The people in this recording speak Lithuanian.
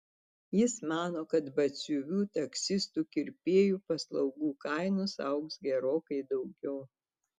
jis mano kad batsiuvių taksistų kirpėjų paslaugų kainos augs gerokai daugiau